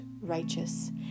righteous